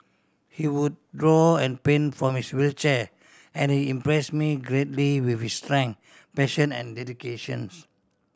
he would draw and paint from his wheelchair and he impress me greatly with his strength passion and dedications